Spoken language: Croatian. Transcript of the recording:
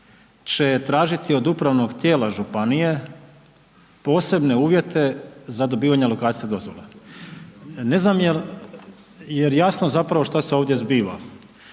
će tražiti od upravnog tijela županije posebne uvjete za dobivanje lokacijske dozvole. Ne znam jel, jer jasno zapravo šta se ovdje zbiva?